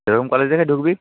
সেরকম কলেজ দেখে ঢুকবি